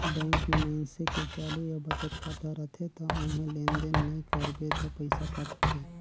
bank में मइनसे के चालू या बचत खाता रथे त ओम्हे लेन देन नइ करबे त पइसा कटथे